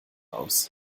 aus